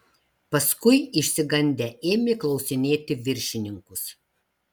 paskui išsigandę ėmė klausinėti viršininkus